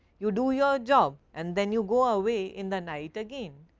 you do your job and then you go away in the night again.